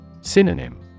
Synonym